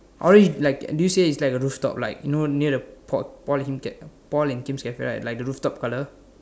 orange like do you see it's like a roof top like you know near the Paul Kim Paul and Kim's cafe right like the roof top colour